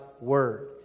word